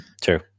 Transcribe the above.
true